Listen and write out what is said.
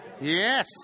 Yes